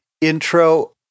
intro